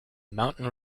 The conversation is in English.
mountain